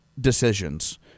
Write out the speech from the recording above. decisions